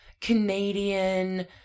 Canadian